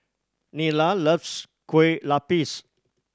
Nyla loves Kueh Lapis